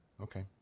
Okay